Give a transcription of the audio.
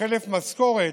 חלף משכורת,